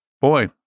Boy